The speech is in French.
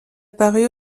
paru